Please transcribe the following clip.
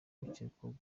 ukekwaho